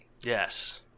Yes